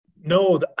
no